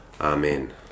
amen